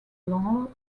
lord